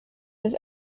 was